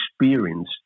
experience